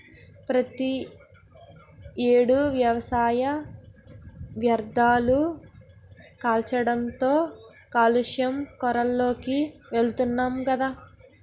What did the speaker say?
ప్రతి ఏడు వ్యవసాయ వ్యర్ధాలు కాల్చడంతో కాలుష్య కోరల్లోకి వెలుతున్నాం గదా